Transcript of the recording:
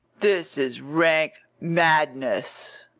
this is rank madness.